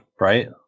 Right